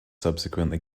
subsequently